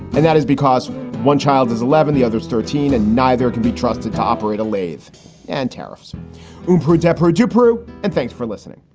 and that is because one child is eleven, the other thirteen, and neither can be trusted to operate a lathe and tariffs to protect her job and thanks for listening